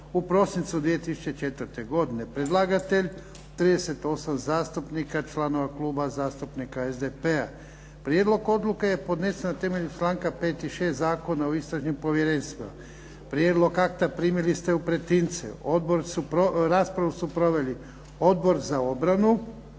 u prosincu 2004. godine, Predlagatelji: 38 zastupnika, članova Kluba zastupnika SDP-a Prijedlog odluke je podnesen na temelju članka 5. i 6. Zakona o istražnim povjerenstvima Prijedlog akta primili ste u pretince. Raspravu su proveli Odbor za obranu.